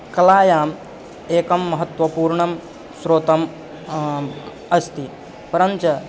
कलायाम् एकं महत्त्वपूर्णं स्रोतः अस्ति परञ्च